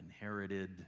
inherited